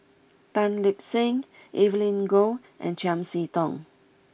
Tan Lip Seng Evelyn Goh and Chiam See Tong